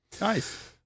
Nice